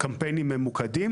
קמפיינים ממוקדים,